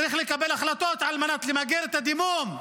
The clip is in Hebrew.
צריך לקבל החלטות על מנת למגר את הדימום,